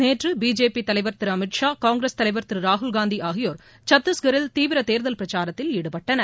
நேற்று பிஜேபி தலைவர் திரு அமித்ஷா காங்கிரஸ் தலைவர் திரு ராகுல்காந்தி ஆகியோர் சத்திஷ்கரில் தீவிர தேர்தல் பிரச்சாரத்தில் ஈடுபட்டனர்